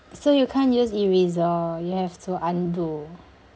so you can't use eraser you have to undo